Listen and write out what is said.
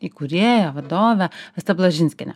įkūrėja vadove asta blažinskiene